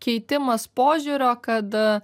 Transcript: keitimas požiūrio kad